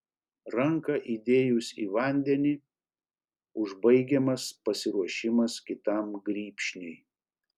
ranką įdėjus į vandenį užbaigiamas pasiruošimas kitam grybšniui